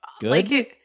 Good